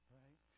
right